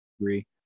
agree